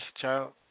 child